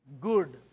good